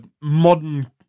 modern